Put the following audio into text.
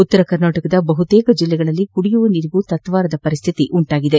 ಉತ್ತರ ಕರ್ನಾಟಕದ ಬಹುತೇಕ ಜಿಲ್ಲೆಗಳಲ್ಲಿ ಕುಡಿಯುವ ನೀರಿಗೂ ತತ್ವಾರದ ಪರಿಸ್ಥಿತಿ ಉಂಟಾಗಿದೆ